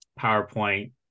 powerpoint